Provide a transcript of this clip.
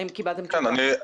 שלום.